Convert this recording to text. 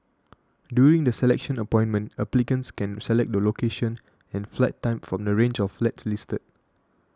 during the selection appointment applicants can select the location and flat type from the range of flats listed